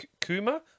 Kuma